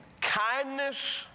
kindness